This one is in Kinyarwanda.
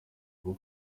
ubu